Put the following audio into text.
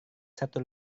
satu